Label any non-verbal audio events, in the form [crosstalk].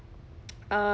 [noise] um